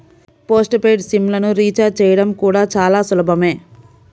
post paid SIM లను recharge చేయడం కూడా చాలా సులభమే